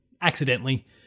accidentally